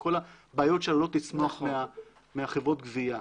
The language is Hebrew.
כל הבעיות שעלולות לצמוח מחברות הגבייה,